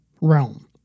realm